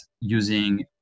using